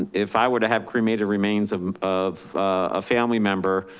and if i were to have cremated remains of of a family member,